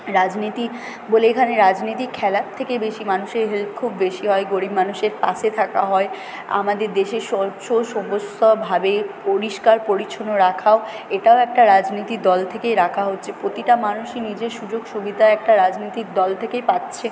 রাজনীতি বলে এখানে রাজনীতি খেলার থেকে বেশি মানুষের হেল্প খুব বেশি হয় গরিব মানুষের পাশে থাকা হয় আমাদের দেশে ভাবে পরিষ্কার পরিচ্ছন্ন রাখাও এটাও একটা রাজনীতি দল থেকেই রাখা হচ্ছে প্রতিটা মানুষই নিজের সুযোগ সুবিধা একটা রাজনীতিক দল থেকেই পাচ্ছে